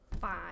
Five